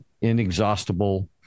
inexhaustible